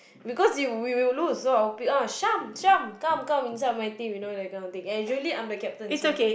because we will lose so I will usually choose sham sham come be on my team and usually I'm the captain so